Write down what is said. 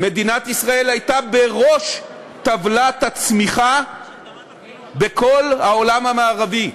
מדינת ישראל הייתה בראש טבלת הצמיחה בכל העולם המערבי.